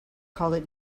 called